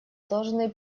должны